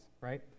right